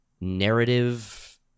narrative